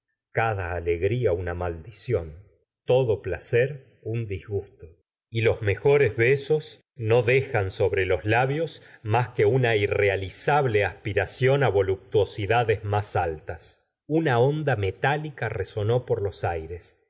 cada alegria una maldición todo placer su disgusto y los mejores besos no dej a n sobre los labios más que una irrealizable aspiración á volup tuosidades más altas una onda metálica resonó por los aires